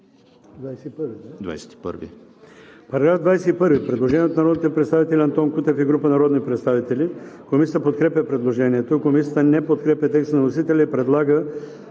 21.